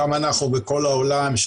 גם אנחנו בכל העולם,